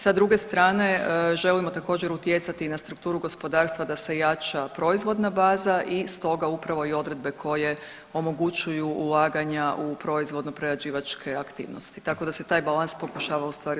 Sa druge strane, želimo također, utjecati i na strukturu gospodarstva da se jača proizvodna baza i stoga upravo i odredbe koje omogućuju ulaganja u proizvodno-prerađivačke aktivnosti, tako da se taj balans pokušava ustvari ostvariti.